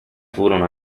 furono